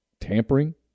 tampering